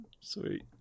sweet